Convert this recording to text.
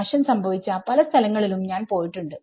നാശം സംഭവിച്ച പല സ്ഥലങ്ങളിലും ഞാൻ പോയിട്ടുണ്ട്